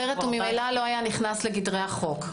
אחרת ממילא לא היה נכנס לגדרי החוק.